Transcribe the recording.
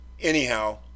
Anyhow